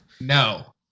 No